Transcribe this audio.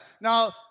Now